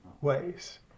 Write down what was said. ways